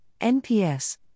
NPS